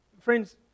Friends